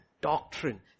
doctrine